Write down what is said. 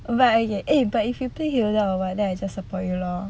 but eh but if you play hilda or what then I just support you lor